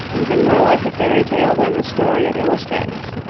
even more like a fairy-tale than the story it illustrates.